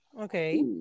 Okay